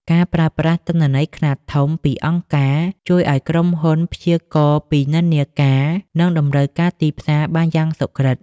ការប្រើប្រាស់ទិន្នន័យខ្នាតធំពីអង្គការ ជួយឱ្យក្រុមហ៊ុនព្យាករណ៍ពីនិន្នាការ និងតម្រូវការទីផ្សារបានយ៉ាងសុក្រឹត។